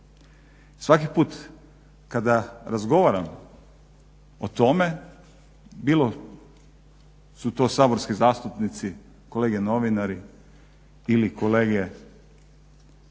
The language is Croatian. Svaki put kada razgovaram o tome bilo su to saborski zastupnici, kolege novinari ili kolege